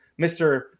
Mr